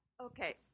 Okay